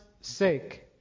sake